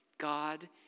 God